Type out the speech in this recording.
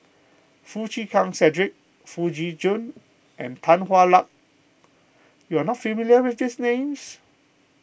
Foo Chee Keng Cedric Foo Tee Jun and Tan Hwa Luck you are not familiar with these names